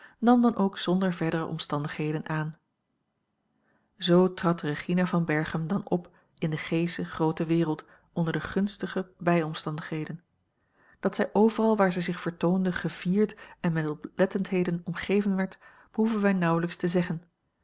nam dan ook zonder verdere omstandigheden aan zoo trad regina van berchem dan op in de g sche groote wereld onder de gunstige bijomstandigheden dat zij overal waar zij zich vertoonde gevierd en met oplettendheden omgeven werd behoeven wij nauwelijks te zeggen